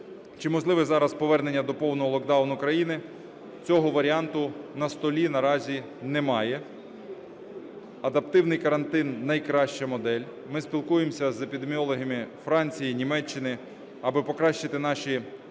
Чи можливе зараз повернення до повного локдауну країни? Цього варіанту на столі наразі немає. Адаптивний карантин - найкраща модель. Ми спілкуємося з епідеміологами Франції, Німеччини, аби покращити наші